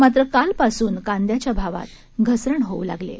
मात्र कालपासून कांद्याच्या भावात घसरण होऊ लागली आहे